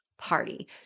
party